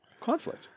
conflict